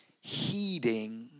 heeding